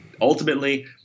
ultimately –